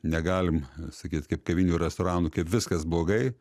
negalim sakyt kaip kavinių restoranų kaip viskas blogai